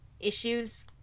issues